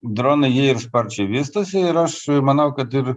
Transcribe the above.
dronai jie ir sparčiai vystosi ir aš manau kad ir